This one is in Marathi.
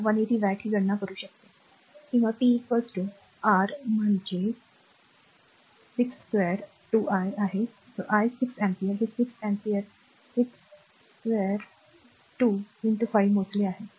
तर 180 वॅट ही गणना करू शकते किंवा p R म्हणजे 62 2 i आहे i 6 अँपिअर हे 6 एम्पीयर 62 2 5 मोजले आहे